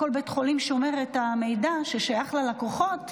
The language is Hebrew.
כל בית חולים שומר את המידע ששייך ללקוחות,